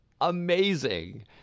amazing